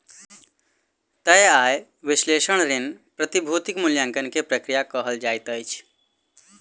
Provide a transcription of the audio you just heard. तय आय विश्लेषण ऋण, प्रतिभूतिक मूल्याङकन के प्रक्रिया कहल जाइत अछि